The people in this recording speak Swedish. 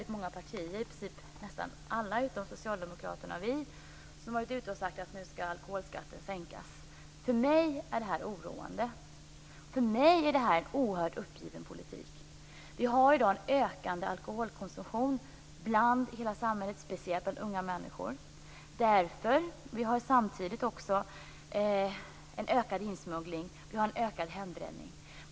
Många partier, i princip alla utom Socialdemokraterna och Miljöpartiet, har varit ute och sagt att alkoholskatten nu skall sänkas. För mig är det oroande. För mig är det en oerhört uppgiven politik. Vi har i dag en ökande alkoholkonsumtion i hela samhället, speciellt bland unga människor. Vi har samtidigt också en ökad insmuggling och en ökad hembränning.